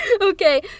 okay